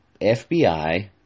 FBI